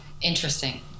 interesting